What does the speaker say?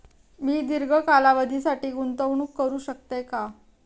मी दीर्घ कालावधीसाठी गुंतवणूक करू शकते का?